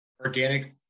organic